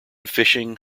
fishing